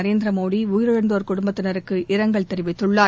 நரேந்திர மோடி உயிரிழந்தோர் குடும்பத்தினருக்கு இரங்கல் தெரிவித்துள்ளார்